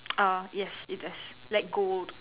ah yes it does like gold